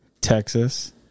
Texas